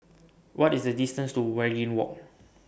What IS The distance to Waringin Walk